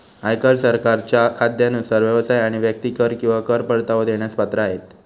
आयकर सरकारच्या कायद्यानुसार व्यवसाय आणि व्यक्ती कर किंवा कर परतावा देण्यास पात्र आहेत